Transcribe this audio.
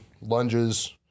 lunges